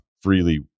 freely